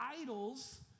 idols